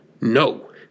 No